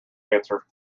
answer